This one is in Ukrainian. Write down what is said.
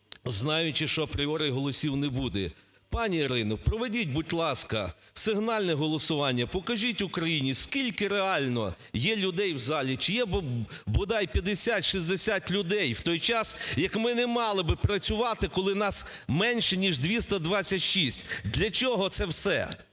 знаючи що апріорі голосів не буде. Пані Ірина, проведіть, будь ласка, сигнальне голосування, покажіть Україні скільки реально є людей в залі, чи є бодай 50-60 людей в той час, як ми не мали би працювати, коли нас менше, ніж 226. Для чого це все?